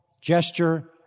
gesture